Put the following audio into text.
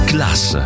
Class